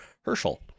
Herschel